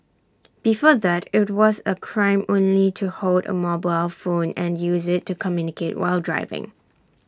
before that IT was A crime only to hold A mobile phone and use IT to communicate while driving